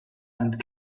and